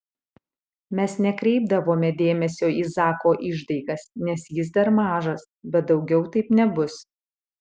mes nekreipdavome dėmesio į zako išdaigas nes jis dar mažas bet daugiau taip nebus